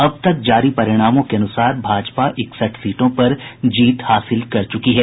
अब तक जारी परिणामों के अनुसार भाजपा इकसठ सीटों पर जीत हासिल कर चुकी है